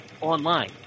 online